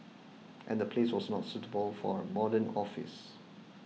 and the place was not suitable for a modern office